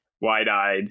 wide-eyed